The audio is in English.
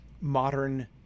modern